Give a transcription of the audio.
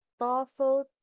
TOEFL